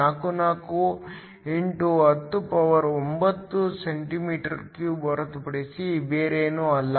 44 x 109 cm3 ಹೊರತುಪಡಿಸಿ ಬೇರೇನೂ ಅಲ್ಲ